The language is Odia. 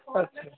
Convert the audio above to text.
ଆଚ୍ଛା